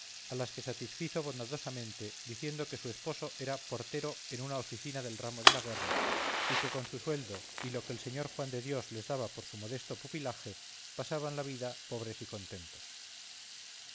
a las que satisfizo bondadosamente diciendo que su esposo era portero en una oficina del ramo de la guerra y que con su sueldo y lo que el sr juan de dios les daba por su modesto pupilaje pasaban la vida pobres y contentos